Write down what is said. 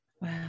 wow